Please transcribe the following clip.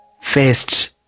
first